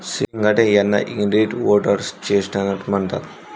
सिंघाडे यांना इंग्रजीत व्होटर्स चेस्टनट म्हणतात